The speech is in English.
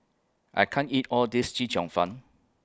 I can't eat All This Chee Cheong Fun